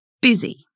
busy